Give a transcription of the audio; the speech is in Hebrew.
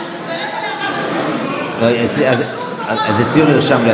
אז אצלי הוא נרשם.